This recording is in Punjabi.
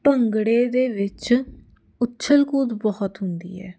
ਭੰਗੜੇ ਦੇ ਵਿੱਚ ਉੱਛਲ ਕੂਦ ਬਹੁਤ ਹੁੰਦੀ ਹੈ